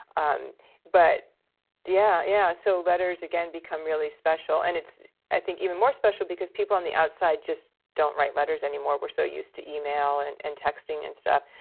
um but yeah yeah so letters again become really special, and it's i think even more special because people on the outside just don't write letters anymore. we're so used to email and and texting and stuff.